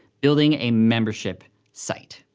building a membership site.